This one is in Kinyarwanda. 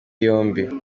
yombi